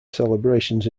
celebrations